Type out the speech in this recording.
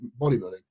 bodybuilding